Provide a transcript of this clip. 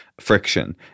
friction